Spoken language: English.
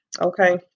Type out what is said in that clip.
Okay